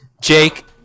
jake